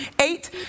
eight